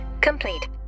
complete